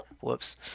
Whoops